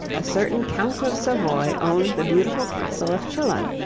a certain count of savoy owned the beautiful castle of chillon,